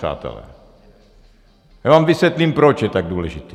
Já vám vysvětlím, proč je tak důležitý.